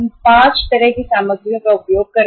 हम 5 तरह की सामग्रियों का उपयोग कर रहे हैं